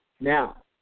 now